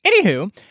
Anywho